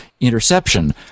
interception